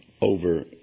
over